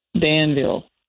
Danville